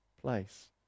place